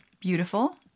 Beautiful